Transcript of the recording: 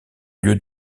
lieu